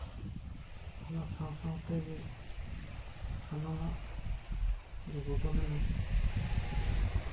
ᱚᱱᱟ ᱥᱟᱶ ᱥᱟᱶ ᱛᱮᱜᱮ ᱥᱟᱱᱟᱢᱟᱜ ᱜᱮ ᱵᱚᱫᱚᱞᱮᱱᱟ